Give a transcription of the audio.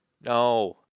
No